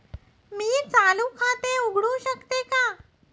मी चालू खाते उघडू शकतो का?